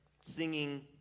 singing